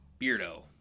Beardo